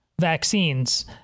vaccines